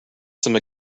some